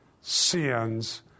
sins